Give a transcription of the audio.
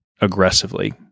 aggressively